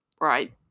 right